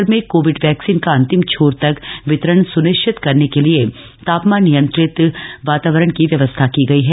देश भर में कोविड वैक्सीन का अंतिम छोर तक वितरण सुनिश्चित करने के लिए तापमान नियंत्रित वातावरण की व्यवस्था की गई है